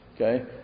okay